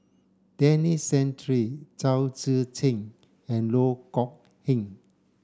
Denis Santry Chao Tzee Cheng and Loh Kok Heng